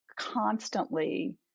constantly